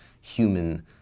human